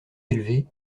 élevées